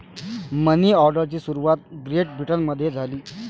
मनी ऑर्डरची सुरुवात ग्रेट ब्रिटनमध्ये झाली